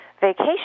vacation